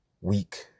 weak